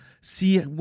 see